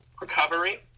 recovery